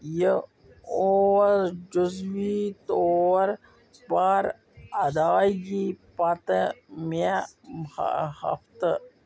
یہِ اوس جزوی طور پر ادایگی پٔتمہِ ہفتہٕ